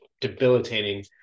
debilitating